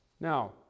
Now